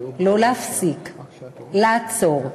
לא להפסיק, לעצור,